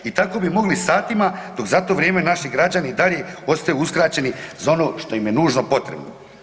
I tako bi mogli satima dok za to vrijeme naši građani i dalje ostaju uskraćeni za ono što im je nužno potrebno.